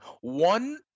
one –